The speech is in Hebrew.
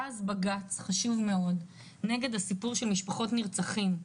היה אז בג"ץ חשוב נגד הסיפור של משפחות נרצחים,